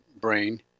brain